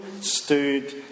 stood